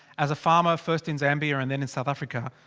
as a farmer first in zambia and then in south africa.